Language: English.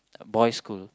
uh boy's school